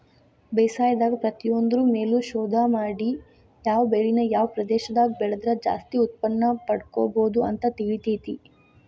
ಬೇಸಾಯದಾಗ ಪ್ರತಿಯೊಂದ್ರು ಮೇಲು ಶೋಧ ಮಾಡಿ ಯಾವ ಬೆಳಿನ ಯಾವ ಪ್ರದೇಶದಾಗ ಬೆಳದ್ರ ಜಾಸ್ತಿ ಉತ್ಪನ್ನಪಡ್ಕೋಬೋದು ಅಂತ ತಿಳಿತೇತಿ